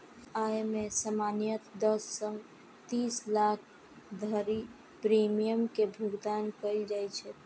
अय मे सामान्यतः दस सं तीस साल धरि प्रीमियम के भुगतान कैल जाइ छै